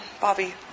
Bobby